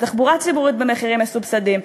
לתחבורה ציבורית במחירים מסובסדים,